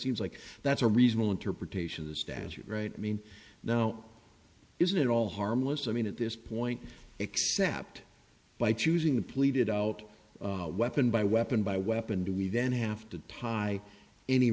seems like that's a reasonable interpretations dancer right i mean now isn't it all harmless i mean at this point except by choosing the pleaded out weapon by weapon by weapon do we then have to tie any